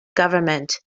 government